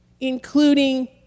including